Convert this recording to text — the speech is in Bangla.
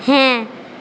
হ্যাঁ